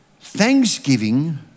Thanksgiving